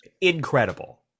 incredible